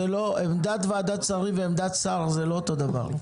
עמדת ועדת שרים ועמדת שר זה לא אותו דבר.